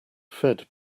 fed